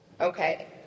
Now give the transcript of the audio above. Okay